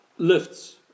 Lifts